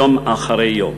יום אחרי יום.